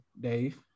dave